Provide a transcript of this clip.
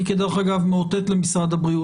דרך אגב, אני מאותת למשרד הבריאות.